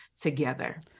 together